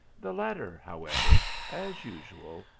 the latter however, as usual,